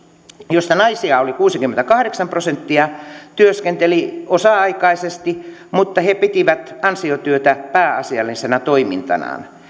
joista naisia oli kuusikymmentäkahdeksan prosenttia työskenteli osa aikaisesti mutta piti ansiotyötä pääasiallisena toimintanaan